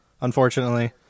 unfortunately